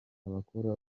abakora